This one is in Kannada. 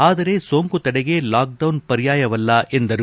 ಆದರೆ ಸೋಂಕು ತಡೆಗೆ ಲಾಕ್ ಡೌನ್ ಪರ್ಯಾಯವಲ್ಲ ಎಂದರು